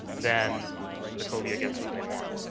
then lecovia gets what they want.